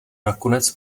nakonec